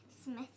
Smith